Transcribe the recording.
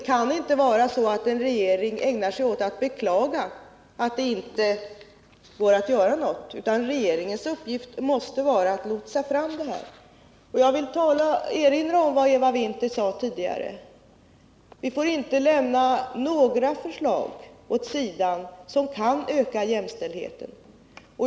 En regering kan inte ägna sig åt att beklaga att det inte går att göra något — regeringens uppgift måste vara att lotsa fram förslagen. Jag vill erinra om vad Eva Winther sade tidigare: Vi får inte lägga några förslag åt sidan som kan öka jämställdheten.